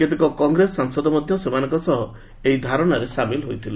କେତେକ କଂଗ୍ରେସ ସାଂସଦ ମଧ୍ୟ ସେମାନଙ୍କ ସହିତ ଏହି ଧାରଣାରେ ସାମିଲ ହୋଇଥିଲେ